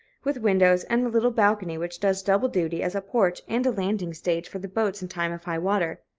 with windows, and a little balcony which does double duty as a porch and a landing-stage for the boats in time of high water.